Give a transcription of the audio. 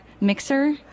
mixer